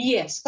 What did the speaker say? Yes